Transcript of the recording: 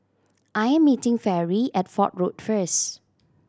I'm meeting Fairy at Fort Road first